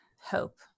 hope